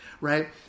right